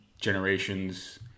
Generations